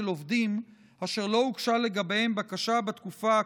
עובדים אשר לא הוגשה לגביהם בקשה בתקופה הקובעת,